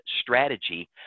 strategy